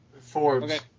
Forbes